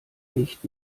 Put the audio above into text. nicht